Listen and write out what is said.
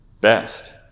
best